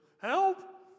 help